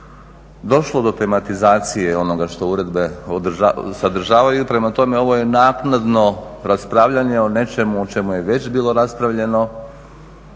došlo do tematizacije onoga što uredbe sadržavaju. Prema tome, ovo je naknadno raspravljanje o nečemu o čemu je već bilo raspravljeno